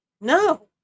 No